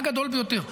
הגדול ביותר.